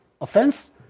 offense